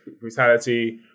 brutality